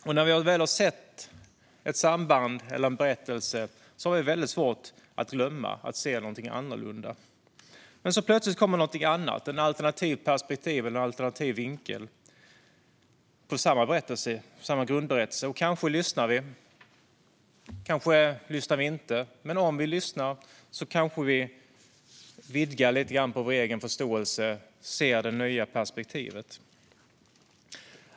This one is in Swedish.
Och när vi väl har sett ett samband eller en berättelse har vi väldigt svårt att glömma det och att se någonting annorlunda. Men så plötsligt kommer någonting annat, ett alternativt perspektiv på samma grundberättelse. Kanske lyssnar vi, kanske lyssnar vi inte. Men om vi lyssnar kanske vi vidgar vår egen förståelse lite grann och ser det nya perspektivet.